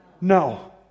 No